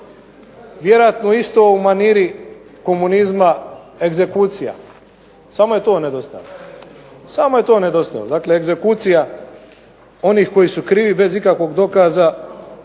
vjerojatno isto u maniri komunizma egzekucija. Samo je to nedostajalo. Dakle egzekucija onih koji su krivi, bez ikakvog dokaza,